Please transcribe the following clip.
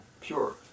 pure